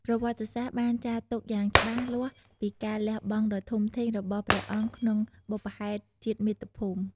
ប្រវត្តិសាស្ត្របានចារទុកយ៉ាងច្បាស់លាស់ពីការលះបង់ដ៏ធំធេងរបស់ព្រះអង្គក្នុងបុព្វហេតុជាតិមាតុភូមិ។